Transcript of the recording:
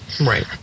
Right